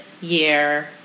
year